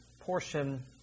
portion